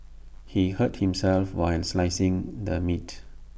he hurt himself while slicing the meat